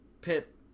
Pit